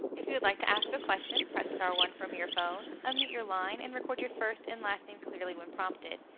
if you would like to ask a question press star one from your phone unmute your line and record your first and last name clearly when prompted.